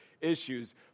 issues